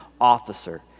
officer